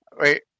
Wait